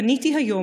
פניתי היום,